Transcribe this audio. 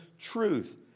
truth